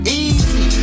easy